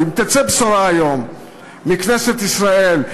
ואם תצא בשורה היום מכנסת ישראל,